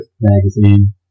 magazine